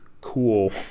cool